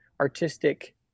artistic